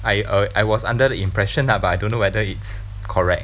I uh I was under the impression lah but I don't know whether it's correct